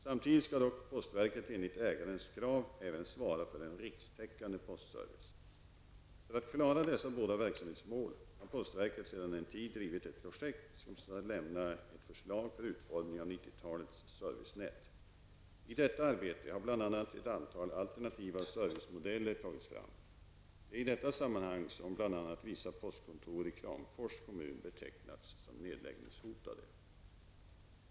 Samtidigt skall dock postverket enligt ägarens krav även svara för en rikstäckande postservice. För att klara dessa båda verksamhetsmål har postverket sedan en tid drivit ett projekt som skall lämna ett förslag för utformning av 90-talets servicenät. I detta arbete har bl.a. ett antal alternativa servicemodeller tagits fram. Det är i detta sammanhang som bl.a. vissa postkontor i Kramfors kommun betecknats som nedläggningshotade.